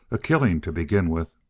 a killing to begin with.